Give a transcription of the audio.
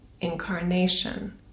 incarnation